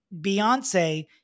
Beyonce